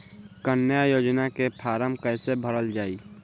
कन्या योजना के फारम् कैसे भरल जाई?